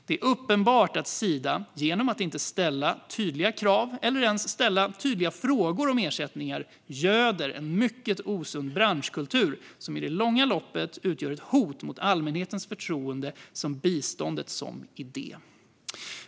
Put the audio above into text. Det är uppenbart att Sida genom att inte ställa tydliga krav eller ens frågor om ersättningar göder en mycket osund branschkultur som i det långa loppet utgör ett hot mot allmänhetens förtroende för biståndet som idé.